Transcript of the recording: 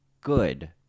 good